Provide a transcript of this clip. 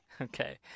okay